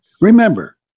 Remember